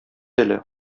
әле